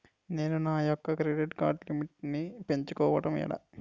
నేను నా యెక్క క్రెడిట్ కార్డ్ లిమిట్ నీ పెంచుకోవడం ఎలా?